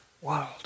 world